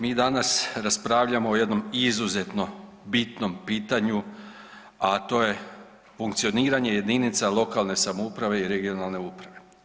Mi danas raspravljamo o jednom izuzetno bitnom pitanju, a to je funkcioniranje jedinica lokalne samouprave i regionalne uprave.